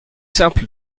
simple